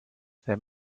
there